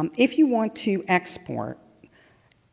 um if you want to export